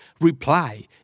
reply